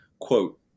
Quote